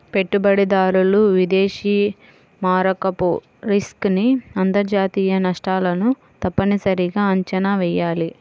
పెట్టుబడిదారులు విదేశీ మారకపు రిస్క్ ని అంతర్జాతీయ నష్టాలను తప్పనిసరిగా అంచనా వెయ్యాలి